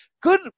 Good